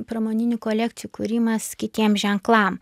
pramoninių kolekcijų kūrimas kitiem ženklam